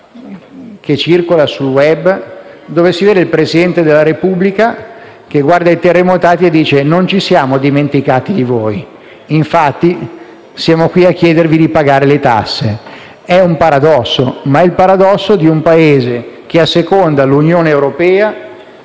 che circola sul *web* in cui si vede il Presidente della Repubblica che, guardando i terremotati, dice: «Non ci siamo dimenticati di voi, infatti, siamo qui a chiedervi di pagare le tasse». È il paradosso di un Paese che asseconda l'Unione europea,